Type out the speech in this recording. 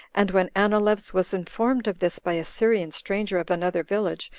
and when anileus was informed of this by a syrian stranger of another village,